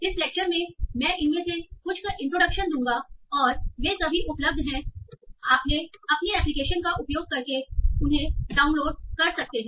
इस लेक्चर में मैं इनमें से कुछ का इंट्रोडक्शन दूंगा और वे सभी उपलब्ध हैंऔर अपने एप्लीकेशन का उपयोग करके उन्हें डाउनलोड कर सकते हैं